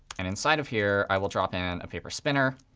and inside of here, i will drop in a paper spinner.